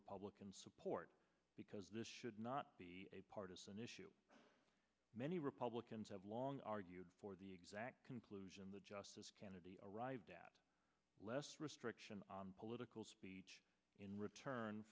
republican support because this should not be a partisan issue many republicans have long argued for the exact conclusion the justice kennedy arrived at less restriction on political speech in return